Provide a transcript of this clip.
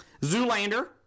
Zoolander